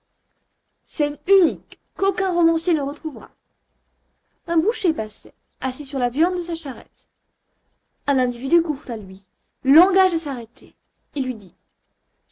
scène unique qu'aucun romancier ne retrouvera un boucher passait assis sur la viande de sa charrette un individu court à lui l'engage à s'arrêter et lui dit